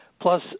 Plus